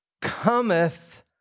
cometh